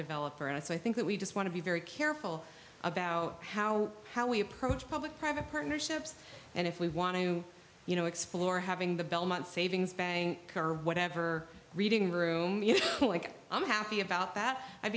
developer and i think that we just want to be very careful about how how we approach public private partnerships and if we want to you know explore having the belmont savings bank or whatever reading room you know like i'm happy about that i'd